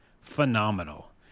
phenomenal